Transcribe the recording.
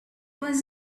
was